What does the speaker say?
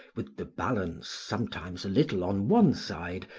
with the balance sometimes a little on one side,